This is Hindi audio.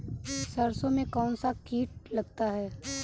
सरसों में कौनसा कीट लगता है?